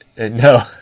No